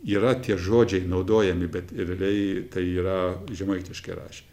yra tie žodžiai naudojami bet ir realiai tai yra žemaitiški rašė